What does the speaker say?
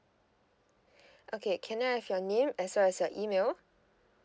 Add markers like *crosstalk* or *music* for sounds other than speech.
*breath* okay can I have your name as well as your email